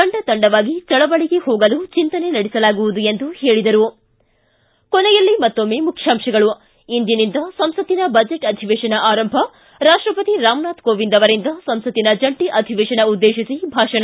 ತಂಡ ತಂಡವಾಗಿ ಚಳವಳಿಗೆ ಹೋಗಲು ಚಿಂತನೆ ನಡೆಸಲಾಗುವುದು ಎಂದು ತಿಳಿಸಿದರು ಕೊನೆಯಲ್ಲಿ ಮತ್ತೊಮ್ಮೆ ಮುಖ್ಯಾಂಶಗಳು ್ ಇಂದಿನಿಂದ ಸಂಸತ್ತಿನ ಬಜೆಟ್ ಅಧಿವೇಶನ ಆರಂಭ ರಾಷ್ಟಪತಿ ರಾಮನಾಥ್ ಕೋವಿಂದ್ ಅವರಿಂದ ಸಂಸತ್ತಿನ ಜಂಟಿ ಅಧಿವೇಶನ ಉದ್ದೇಶಿಸಿ ಭಾಷಣ